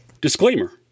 Disclaimer